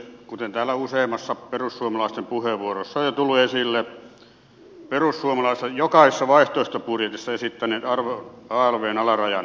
kuten täällä useammassa perussuomalaisten puheenvuorossa on jo tullut esille perussuomalaiset ovat jokaisessa vaihtoehtobudjetissa esittäneet alvn alarajan nostoa